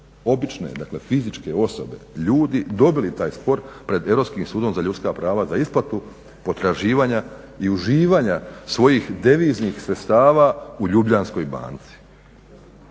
obične, fizičke osobe, ljudi dobili taj spor pred Europskim sudom za ljudska prava za isplatu potraživanja i uživanja svojih deviznih sredstava u Ljubljanskoj banci.